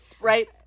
right